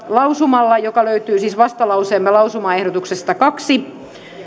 lausumalla joka löytyy siis vastalauseemme lausumaehdotuksesta kaksi